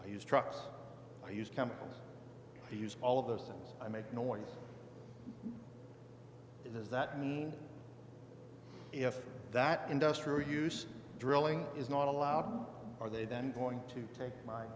i use trucks i use chemicals to use all of those and i make noise does that mean if that industrial use drilling is not allowed are they then going to take my